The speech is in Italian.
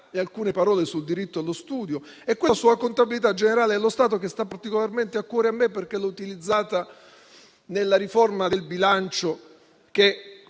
e alcune parole sul diritto allo studio; quella sulla contabilità generale dello Stato, che sta particolarmente a cuore a me, perché l'ho utilizzata nella riforma del bilancio che